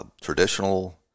traditional